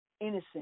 innocent